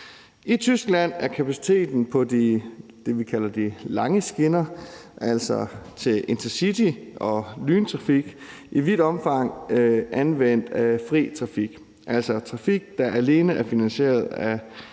I Tyskland er kapaciteten på det, vi kalder de lange skinner, altså dem til intercity- og lyntogstrafik, i vidt omfang anvendt af fri trafik, altså trafik, der alene er finansieret af